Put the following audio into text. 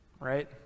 right